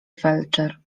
felczer